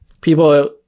People